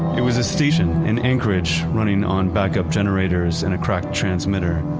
it was a station in anchorage running on backup generators and a cracked transmitter.